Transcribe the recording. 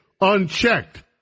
unchecked